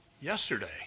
yesterday